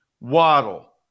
waddle